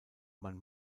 man